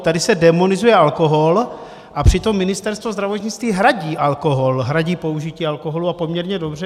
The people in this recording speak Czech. Tady se démonizuje alkohol, a přitom Ministerstvo zdravotnictví hradí alkohol, hradí použití alkoholu, a poměrně dobře.